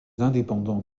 indépendants